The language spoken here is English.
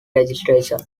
registration